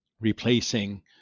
replacing